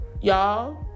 y'all